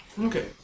Okay